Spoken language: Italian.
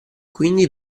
quindi